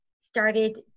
started